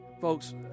folks